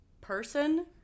person